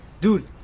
Dude